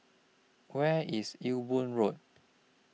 Where IS Ewe Boon Road